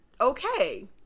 okay